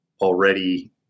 already